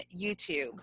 YouTube